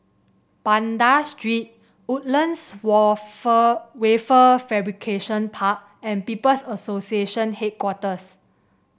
Banda Street Woodlands Wafer Fabrication Park and People's Association Headquarters